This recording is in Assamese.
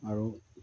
আৰু